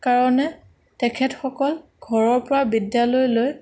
কাৰণে তেখেতসকল ঘৰৰ পৰা বিদ্যালয়লৈ